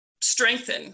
strengthen